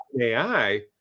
AI